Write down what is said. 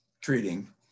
treating